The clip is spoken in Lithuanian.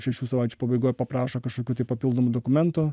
šešių savaičių pabaigoj paprašo kažkokių tai papildomų dokumentų